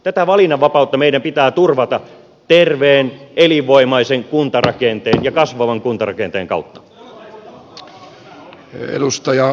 tämä valinnanvapaus meidän pitää turvata terveen elinvoimaisen kuntarakenteen ja kasvavan kuntarakenteen kautta